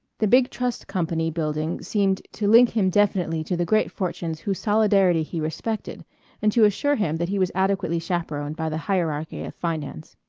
the big trust company building seemed to link him definitely to the great fortunes whose solidarity he respected and to assure him that he was adequately chaperoned by the hierarchy of finance.